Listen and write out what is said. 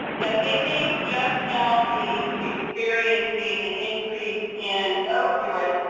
that they may just now be experiencing an increase in opioids,